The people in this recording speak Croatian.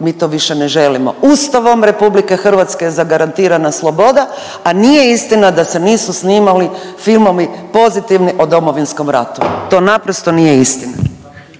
Mi to više ne želimo. Ustavom Republike Hrvatske zagarantirana je sloboda, a nije istina da se nisu snimali filmovi pozitivni o Domovinskom ratu. To naprosto nije istina.